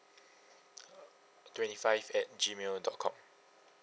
twenty five at gmail dot com